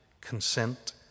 consent